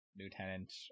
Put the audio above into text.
lieutenant